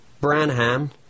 Branham